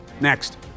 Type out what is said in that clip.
next